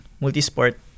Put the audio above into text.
multi-sport